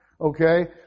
Okay